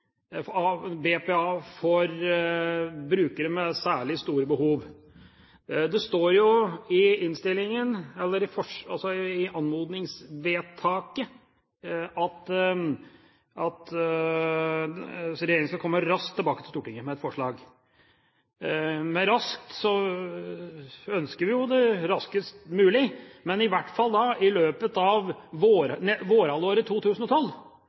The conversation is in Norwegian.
BPA for brukere med særlig store behov. Det står jo i anmodningsforslaget at regjeringa skal komme raskt tilbake til Stortinget med et forslag. Med «raskt» ønsker vi jo det raskest mulig, men i hvert fall i løpet av vårhalvåret 2012.